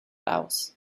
aus